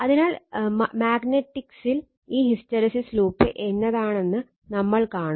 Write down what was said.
അതിനാൽ മാഗ്നറ്റിക്സിൽ ഈ ഹിസ്റ്റെറിസിസ് ലൂപ്പ് എന്നതാണെന്ന് നമ്മൾ കാണും